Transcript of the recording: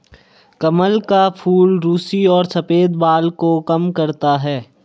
कमल का फूल रुसी और सफ़ेद बाल को कम करता है